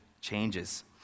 changes